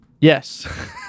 yes